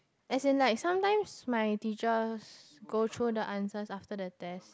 as in like sometimes my teachers go through the answers after the test